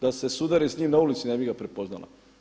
Da se sudari s njim na ulici ne bi ga prepoznala.